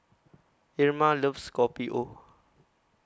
Irma loves Kopi O